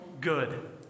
good